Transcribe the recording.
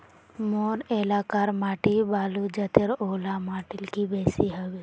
मोर एलाकार माटी बालू जतेर ओ ला माटित की बेसी हबे?